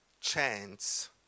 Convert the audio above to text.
chance